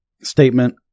statement